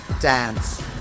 dance